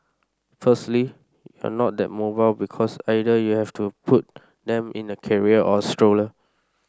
firstly you're not that mobile because either you have to put them in a carrier or a stroller